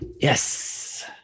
Yes